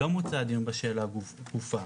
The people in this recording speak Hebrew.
לא מוצה הדיון בשאלה גופה...